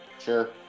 sure